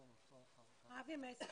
תודה רבה לכם,